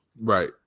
right